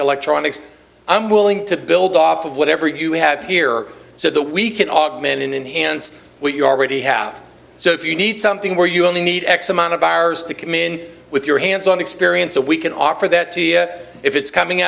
electronics i'm willing to build off of whatever you have here so that we can augment in enhance what you already have so if you need something where you only need x amount of hours to come in with your hands on experience so we can offer that to you if it's coming